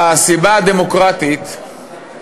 הסיבה הדמוקרטית היא